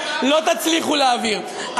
לא תצליחו להעביר,